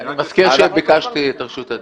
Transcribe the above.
אני מזכיר שביקשתי את רשות הדיבור.